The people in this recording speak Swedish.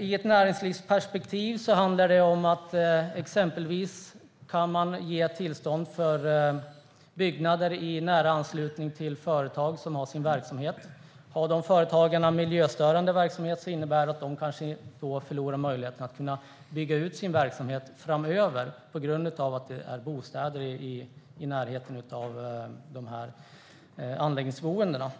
I ett näringslivsperspektiv handlar det om att man exempelvis kan ge tillstånd för byggnader i nära anslutning till områden där företag har sin verksamhet. Har dessa företag miljöstörande verksamhet kan detta innebära att de förlorar möjligheten att bygga ut sin verksamhet framöver på grund av att det finns bostäder i närheten av dessa anläggningsboenden. Regeringens